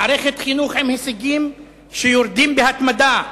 מערכת חינוך עם הישגים שיורדים בהתמדה,